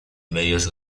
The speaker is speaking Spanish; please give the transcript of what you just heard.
medios